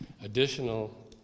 Additional